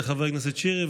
לחבר הכנסת שירי,